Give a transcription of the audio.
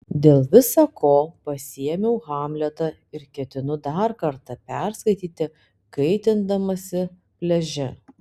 dėl visa ko pasiėmiau hamletą ir ketinu dar kartą perskaityti kaitindamasi pliaže